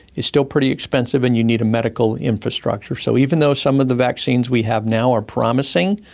is still pretty expensive and you need a medical infrastructure. so even though some of the vaccines we have now are promising,